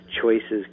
choices